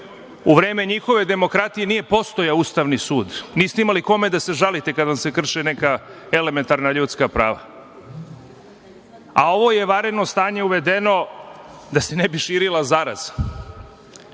u vreme njihove demokratije nije postojao Ustavni sud, niste imali kome da se žalite kada vam se krše neka elementarna ljudska prava. Ovo je vanredno stanje uvedeno da se ne bi širila zaraza. Moram